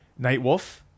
Nightwolf